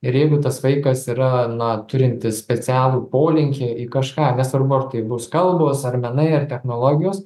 ir jeigu tas vaikas yra na turintis specialų polinkį į kažką nesvarbu ar tai bus kalbos ar menai ar technologijos